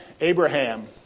Abraham